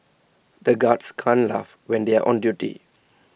the guards can't laugh when they are on duty